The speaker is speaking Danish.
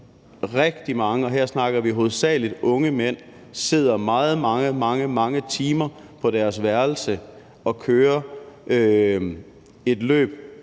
rigtig mange, og her snakker vi hovedsagelig om unge mænd, sidder mange, mange timer på deres værelse og kører et løb